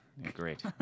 Great